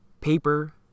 paper